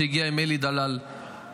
שהגיע עם אלי דלאל מהליכוד,